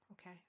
okay